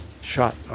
shot